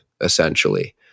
essentially